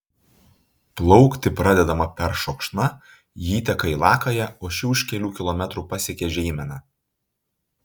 plaukti pradedama peršokšna ji įteka į lakają o ši už kelių kilometrų pasiekia žeimeną